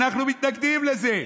אנחנו מתנגדים לזה.